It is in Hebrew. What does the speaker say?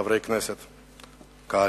חברי הכנסת, קהל,